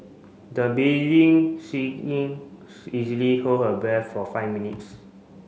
the beading singing easily hold her breath for five minutes